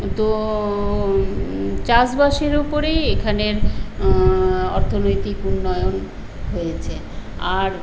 তো চাষবাসের উপরেই এখানের অর্থনৈতিক উন্নয়ন হয়েছে আর